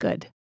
good